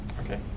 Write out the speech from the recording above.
Okay